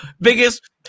biggest